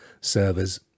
servers